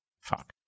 Fuck